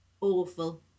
Awful